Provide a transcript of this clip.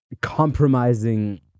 compromising